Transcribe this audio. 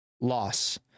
loss